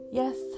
yes